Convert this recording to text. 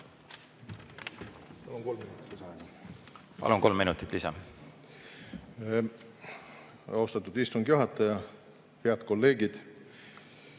Palun, kolm minutit lisa! Palun, kolm minutit lisa! Austatud istungi juhataja! Head kolleegid!